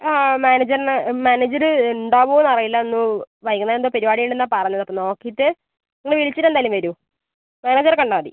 ആ മാനേജർനെ മാനേജര് ഉണ്ടാകുവോന്നറിയില്ല ഒന്നു വൈകുന്നേരം എന്തോ പരുപാടിയുണ്ടെന്നാണ് പറഞ്ഞത് അപ്പം നോക്കീട്ട് ഒന്ന് വിളിച്ചിട്ട് എന്തായാലും വരൂ മാനേജറെ കണ്ടാൽ മതി